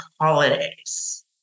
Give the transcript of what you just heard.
holidays